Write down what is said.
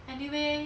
anyway